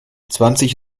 zwanzig